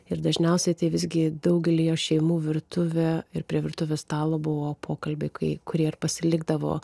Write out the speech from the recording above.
ir dažniausiai tai visgi daugelyje šeimų virtuvė ir prie virtuvės stalo buvo pokalbiai kai kurie ir pasilikdavo